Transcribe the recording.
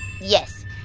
Yes